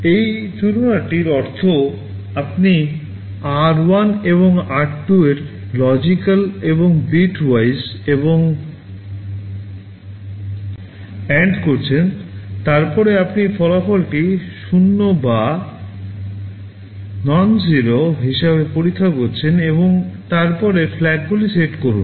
এই তুলনাটির অর্থ আপনি আর 1 এবং আর 2 এর লজিকাল এবং বিটওয়াইজ এ্যান্ড করছেন তারপরে আপনি ফলাফলটি 0 বা ননজিরো হিসাবে পরীক্ষা করছেন এবং তারপরে FLAGগুলি সেট করুন